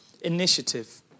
initiative